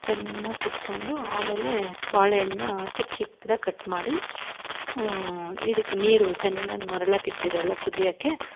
ಚೆನ್ನಾಗ್ ಕುಟ್ಕೊಂಡು ಆಮೇಲೆ ಬಾಳೆಹಣ್ನ ಚಿಕ್ಕ ಚಿಕ್ದಾಗಿ ಕಟ್ ಮಾಡಿ ಇದಕ್ಕೆ ನೀರು ಚೆನ್ನಾಗ್ ಮರಳಾಕೆ ಇಟ್ಟಿದ್ರಲ್ಲ ಕುದಿಯಕೆ